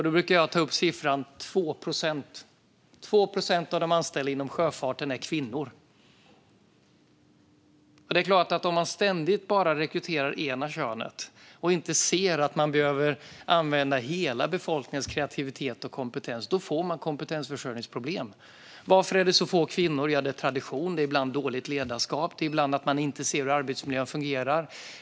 Då brukar jag ta upp siffran 2 procent. Inom sjöfarten är 2 procent av de anställda kvinnor. Om man ständigt bara rekryterar det ena könet och inte ser att man behöver använda hela befolkningens kreativitet och kompetens får man självklart kompetensförsörjningsproblem. Varför är det så få kvinnor? Det handlar om tradition och ibland om dåligt ledarskap. Ibland ser man inte hur arbetsmiljön fungerar.